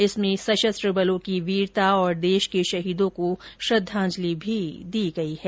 इसमें सशस्त्र बलों की वीरता और देश के शहीदों को श्रद्वांजलि भी दी गई है